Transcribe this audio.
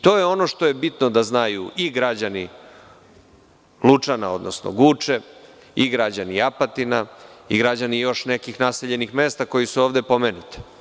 To je ono što je bitno da znaju i građani Lučana, odnosno Guče i građani Apatina i još nekih naseljenih mesta koja su ovde pomenuta.